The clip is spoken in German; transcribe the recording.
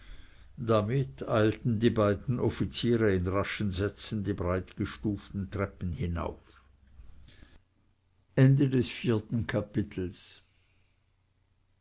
damit eilten die beiden offiziere in raschen sätzen die breitgestuften treppen hinauf